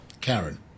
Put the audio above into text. Karen